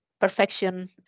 perfection